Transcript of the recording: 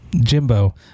Jimbo